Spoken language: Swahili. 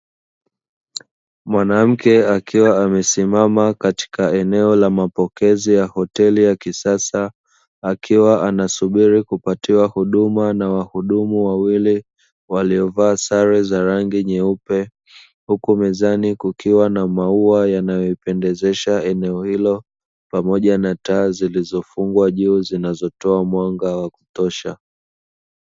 Mwanamke akiwa amesimama katika eneo la mapokezi ya hoteli ya kisasa, akiwa anasubiri kupatiwa huduma na wahudumu wawili waliovaa sare za rangi nyeupe. Huku mezani kukiwa na maua yanayoipendezesha eneo hilo, pamoja na taa zilizofungwa juu zinazotoa mwanga wa kutosha.